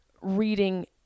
reading